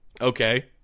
Okay